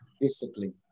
discipline